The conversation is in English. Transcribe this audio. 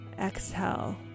exhale